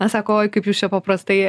na sako oi kaip jūs čia paprastai